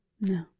No